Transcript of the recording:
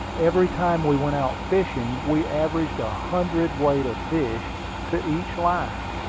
every time we went out fishing we averaged a hundred weight of fish to each line.